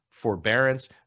forbearance